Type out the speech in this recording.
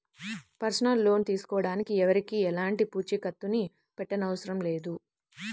personal loan తీసుకోడానికి ఎవరికీ ఎలాంటి పూచీకత్తుని పెట్టనవసరం లేదు